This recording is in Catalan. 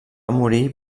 morir